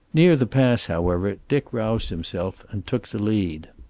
near the pass, however, dick roused himself and took the lead.